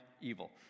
evil